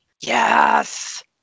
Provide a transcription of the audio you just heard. yes